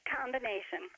combination